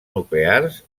nuclears